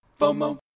FOMO